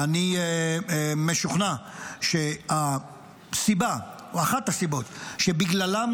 אני משוכנע שהסיבה או אחת הסיבות שבגללן